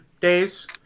days